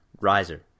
riser